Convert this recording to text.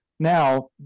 Now